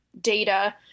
data